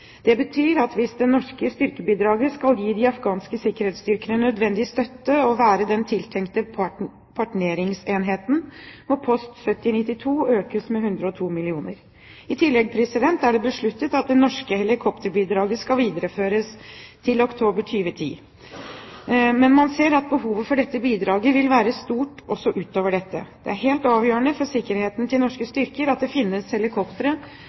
Det betyr at hvis det norske styrkebidraget skal gi de afghanske sikkerhetsstyrkene nødvendig støtte og være den tiltenkte partneringsenheten, må kap. 1792 økes med 102 mill. kr. I tillegg er det besluttet at det norske helikopterbidraget skal videreføres til oktober 2010. Men man ser at behovet for dette bidraget vil være stort også utover dette. Det er helt avgjørende for sikkerheten til norske styrker at det finnes helikoptre